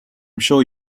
sure